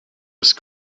ist